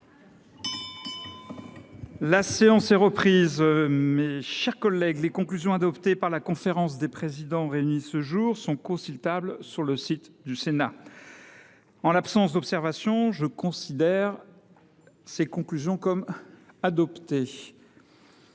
La séance est reprise. Les conclusions adoptées par la conférence des présidents réunie ce jour sont consultables sur le site du Sénat. En l’absence d’observations, je les considère comme adoptées.